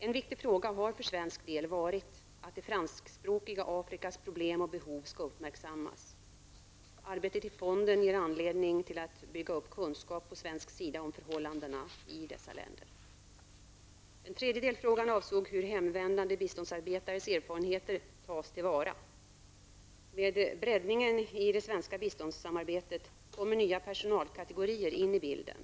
En viktig fråga har för svensk del varit att det franskspråkiga Afrikas problem och behov skall uppmärksammas. Arbetet i fonden ger anledning till att bygga upp kunskap på svensk sida om förhållandena i dessa länder. Den tredje delfrågan avsåg hur hemvändande biståndsarbetares erfarenheter tas till vara. Med breddningen i det svenska biståndssamarbetet kommer nya personalkategorier in i bilden.